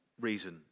reason